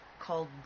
called